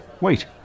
wait